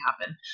happen